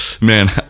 Man